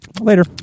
Later